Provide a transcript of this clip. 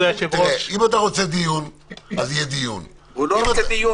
אם אתה רוצה דיון אז יהיה דיון -- הוא לא רוצה דיון.